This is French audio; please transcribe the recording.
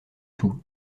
tout